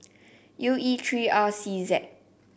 U E three R C Z